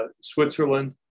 switzerland